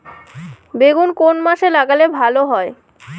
বেগুন কোন মাসে লাগালে ভালো হয়?